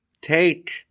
take